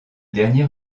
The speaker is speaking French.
dernier